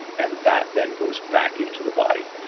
and that then goes back into the body.